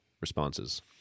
responses